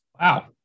wow